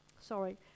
sorry